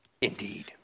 Indeed